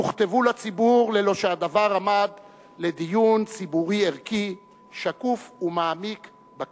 יוכתבו לציבור ללא שהדבר עמד לדיון ציבורי ערכי שקוף ומעמיק בכנסת.